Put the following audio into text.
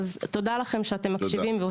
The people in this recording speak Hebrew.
תודה לכם שאתם מקשיבים ועושים.